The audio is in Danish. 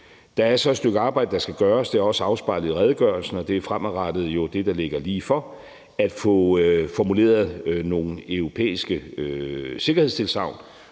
Der er så et stykke arbejde, der skal gøres, og det er også afspejlet i redegørelsen, og det er jo fremadrettet det, der ligger ligefor, nemlig at få formuleret nogle europæiske sikkerhedstilsagn